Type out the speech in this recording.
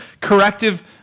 corrective